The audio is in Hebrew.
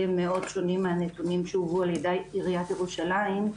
הם מאוד שונים מהנתונים שהובאו ע"י עיריית ירושלים,